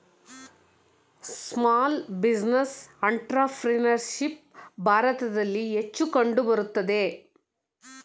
small business entrepreneurship ಭಾರತದಲ್ಲಿ ಹೆಚ್ಚು ಕಂಡುಬರುತ್ತದೆ